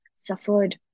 suffered